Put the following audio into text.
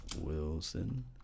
Wilson